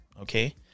Okay